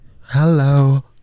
Hello